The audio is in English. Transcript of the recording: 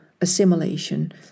assimilation